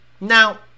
Now